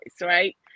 right